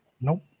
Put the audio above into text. nope